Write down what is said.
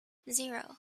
zero